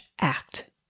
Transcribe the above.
act